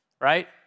right